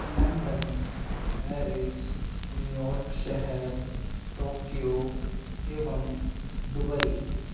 London Paris New York शहर Tokyo एवं Dubai